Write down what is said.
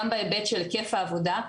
גם בהיבט של היקף העבודה,